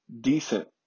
decent